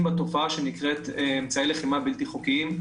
בתופעה שנקראת אמצעי לחימה בלתי חוקיים,